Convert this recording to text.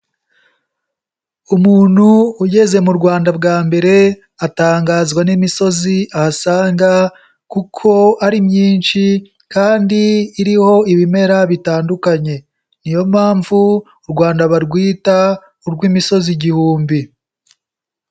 Umuntu ugeze mu Rwanda bwa mbere atangazwa n'imisozi ahasanga kuko ari myinshi kandi iriho ibimera bitandukanye. Ni yo mpamvu u Rwanda barwita urw'imisozi igihumbi.